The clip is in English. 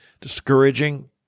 discouraging